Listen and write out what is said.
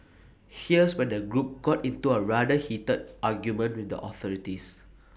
here's when the group got into A rather heated argument with the authorities